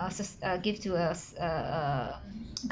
err su~ uh give to a s~ a a